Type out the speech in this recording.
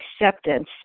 acceptance